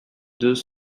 deux